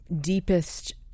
deepest